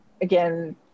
Again